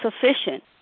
sufficient